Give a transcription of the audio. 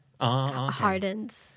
hardens